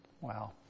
Wow